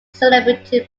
celebrity